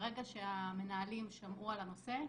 וברגע שהמנהלים שמעו על הנושא,